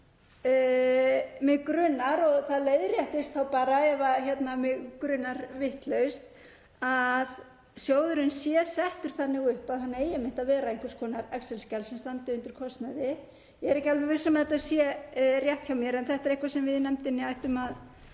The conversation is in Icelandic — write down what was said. mig grunar, og það leiðréttist þá bara ef mig grunar vitlaust, að Úrvinnslusjóður sé settur þannig upp að hann eigi einmitt að vera einhvers konar excel-skjal sem standi undir kostnaði. Ég er ekki alveg viss um að þetta sé rétt hjá mér en þetta er eitthvað sem við í nefndinni getum þá